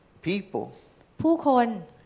People